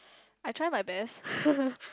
I try my best